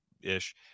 ish